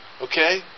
Okay